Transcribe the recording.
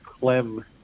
Clem